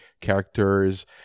characters